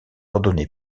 ordonné